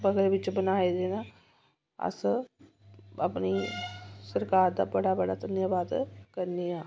घरै च बनाए दे न अस अपनी सरकार दा बड़ा बड़ा धन्याबाद करने आं